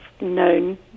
known